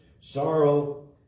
Sorrow